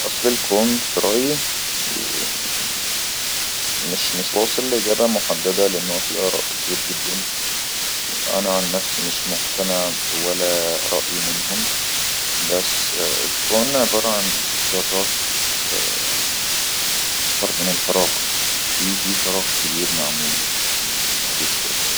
أصل الكون في رأيي